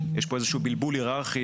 יש פה איזה שהוא בלבול היררכי